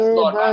Lord